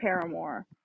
Paramore